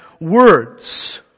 words